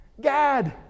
Gad